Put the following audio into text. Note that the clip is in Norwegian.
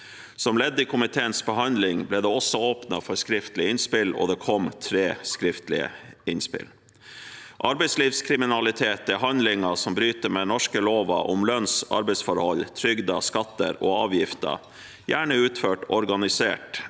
Som ledd i komiteens behandling ble det også åpnet opp for skriftlige innspill, og det kom tre skriftlige innspill. Arbeidslivskriminalitet er handlinger som bryter med norske lover om lønns- og arbeidsforhold, trygder, skatter og avgifter, de er gjerne utført organisert